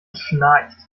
schnarcht